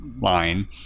line